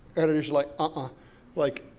editor's like ah like,